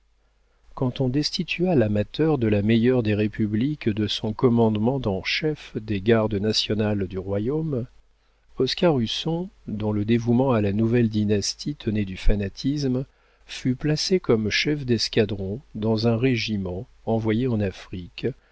quand on destitua l'amateur de la meilleure des républiques de son commandement en chef des gardes nationales du royaume oscar husson dont le dévouement à la nouvelle dynastie tenait du fanatisme fut placé comme chef d'escadron dans un régiment envoyé en afrique